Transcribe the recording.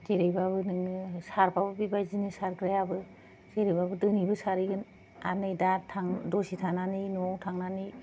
जेरैबाबो नोङो सारबाबो बेबायदिनो सारग्रायाबो जेरैबाबो दिनैबो सारहैगोन आरो नै दा थां दसे थानानै न'आव थांनानै